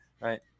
right